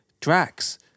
Drax